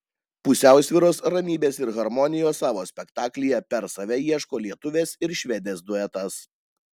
pusiausvyros ramybės ir harmonijos savo spektaklyje per save ieško lietuvės ir švedės duetas